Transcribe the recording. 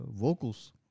vocals